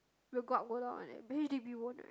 will go up go down one eh but H_D_B won't right